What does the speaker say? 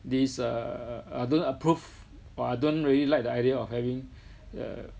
this err I don't approve or I don't really like the idea of having yeah